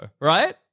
right